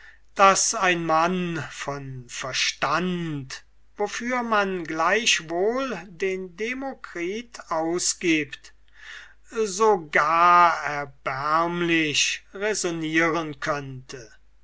daß ein mann von verstande wofür man gleichwohl den demokritus ausgibt so gar erbärmlich raisonnieren könnte